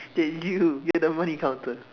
hey you you're the money counter